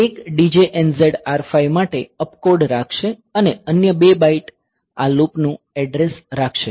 તેથી એક DJNZ R5 માટે અપકોડ રાખશે અને અન્ય 2 બાઇટ આ લૂપનું એડ્રેસ રાખશે